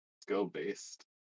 skill-based